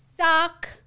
Sock